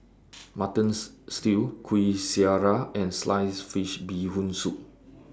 Mutton Stew Kuih Syara and Sliced Fish Bee Hoon Soup